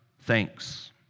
thanks